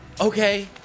okay